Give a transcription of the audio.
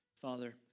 Father